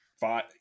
five